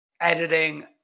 editing